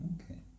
okay